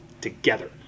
together